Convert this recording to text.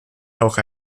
auch